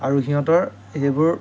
আৰু সিহঁতৰ সেইবোৰ